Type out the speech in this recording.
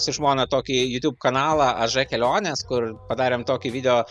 su žmona tokį youtube kanalą a ž kelionės kur padarėm tokį video